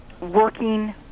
working